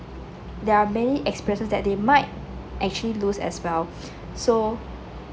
there're many experiences that they might actually lose as well so